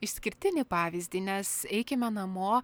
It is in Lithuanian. išskirtinį pavyzdį nes eikime namo